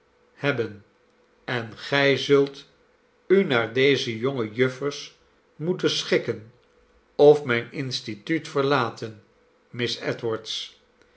hebben en gij zult u naar deze jonge juffers moeten schikken of mijn instituut verlaten